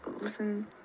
listen